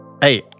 Hey